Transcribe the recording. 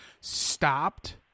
stopped